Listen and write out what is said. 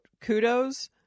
Kudos